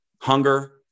hunger